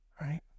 Right